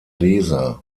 leser